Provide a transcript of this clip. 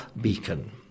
beacon